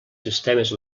sistemes